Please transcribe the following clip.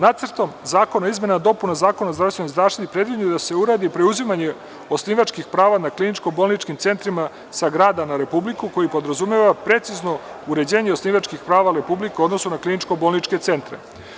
Nacrtom zakona o izmenama i dopunama Zakona o zdravstvenoj zaštiti predviđeno je da se uradi preuzimanje osnivačkih prava na kliničko-bolničkim centrima sa grada na Republiku koji podrazumeva precizno uređenje osnivačkih prava Republike u odnosu na kliničko-bolničke centre.